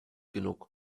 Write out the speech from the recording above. genug